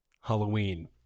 Halloween